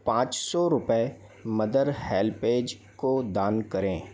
पाँच सौ रुपये मदर हेल्पऐज को दान करें